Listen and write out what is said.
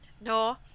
No